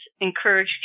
encourage